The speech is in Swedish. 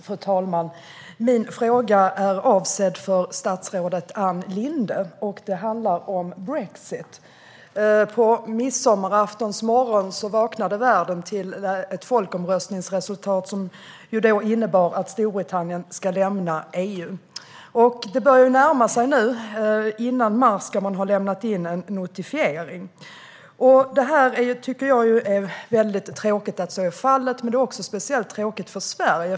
Fru talman! Min fråga är avsedd för statsrådet Ann Linde, och den handlar om brexit. På midsommaraftons morgon vaknade världen till ett folkomröstningsresultat som innebär att Storbritannien ska lämna EU. Det börjar närma sig nu; före mars ska man ha lämnat in en notifiering. Jag tycker ju att detta är väldigt tråkigt, men det är speciellt tråkigt för Sverige.